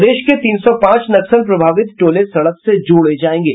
प्रदेश के तीन सौ पांच नक्सल प्रभावित टोले सड़क से जोड़े जायेंगे